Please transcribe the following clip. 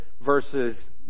versus